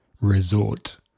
resort